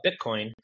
Bitcoin